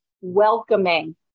Welcoming